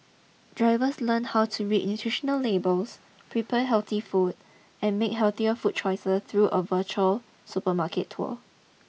drivers learn how to read nutritional labels prepare healthy food and make healthier food choices through a virtual supermarket tour